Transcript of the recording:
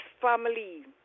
family